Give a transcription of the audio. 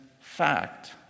fact